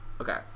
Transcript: Okay